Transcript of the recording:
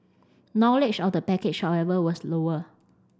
knowledge of the package however was lower